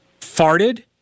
farted